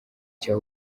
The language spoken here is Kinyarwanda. cya